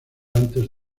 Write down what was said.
antes